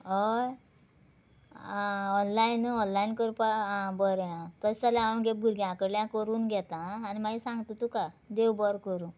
हय आं online online करपा आं बरें आं तशें जाल्यार हांव भुरग्यां कडल्यान करून घेता आं आनी मागीर सांगता तुका देव बरो करूं